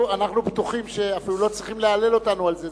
אנחנו בטוחים שאפילו לא צריכים להלל אותנו על זה,